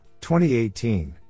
2018